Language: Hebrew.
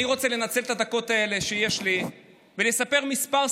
אני רוצה לנצל את הדקות האלה שיש לי ולספר כמה